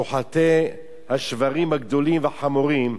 שוחטי השוורים הגדולים והחמורים,